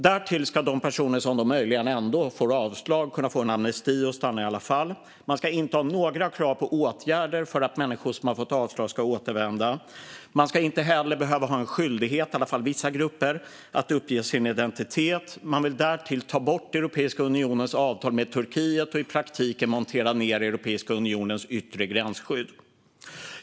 Därtill ska de personer som ändå möjligen får avslag kunna få en amnesti och stanna i alla fall. Det ska inte finnas några krav på åtgärder för att människor som har fått avslag ska återvända. Man ska inte - i alla fall inte vissa grupper - ha någon skyldighet att uppge sin identitet. Vänsterpartiet vill därtill ta bort Europeiska unionens avtal med Turkiet och i praktiken montera ned Europeiska unionens yttre gränsskydd.